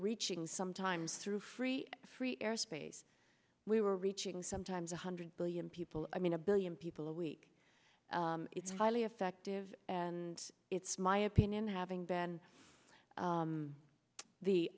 reaching sometimes through free free airspace we were reaching sometimes a hundred billion people i mean a billion people a week it's highly effective and it's my opinion having been